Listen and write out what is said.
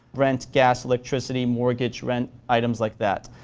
rent, gas, electricity, mortgage, rent, items like that.